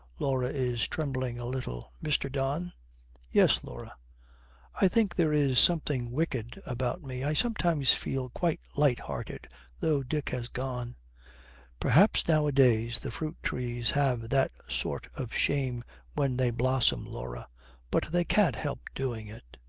laura is trembling a little. mr. don yes, laura i think there is something wicked about me. i sometimes feel quite light-hearted though dick has gone perhaps, nowadays, the fruit trees have that sort of shame when they blossom, laura but they can't help doing it.